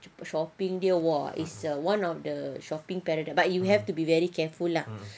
shopping dia !wah! is a one of the shopping paradise but you have to be very careful lah